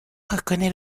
reconnaît